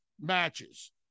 matches